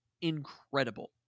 incredible